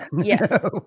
yes